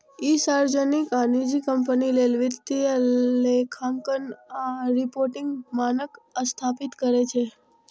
ई सार्वजनिक आ निजी कंपनी लेल वित्तीय लेखांकन आ रिपोर्टिंग मानक स्थापित करै छै